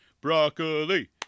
broccoli